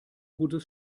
gutes